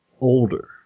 older